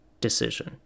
decision